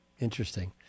interesting